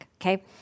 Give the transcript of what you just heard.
Okay